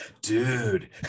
dude